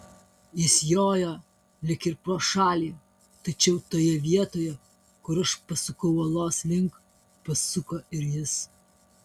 jis jojo lyg ir pro šalį tačiau toje vietoje kur aš pasukau uolos link pasuko ir jis